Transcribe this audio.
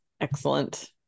excellent